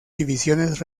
divisiones